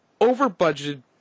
over-budgeted